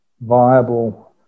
viable